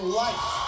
life